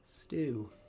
Stew